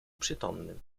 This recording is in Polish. przytomnym